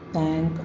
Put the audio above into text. Thank